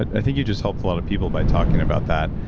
i think you've just helped a lot of people by talking about that,